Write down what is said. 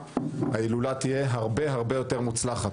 ההילולה תהיה הרבה הרבה יותר מוצלחת.